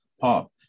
pop